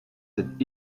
sind